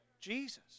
Jesus